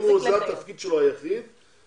אם זה התפקיד היחיד שלו,